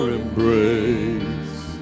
embrace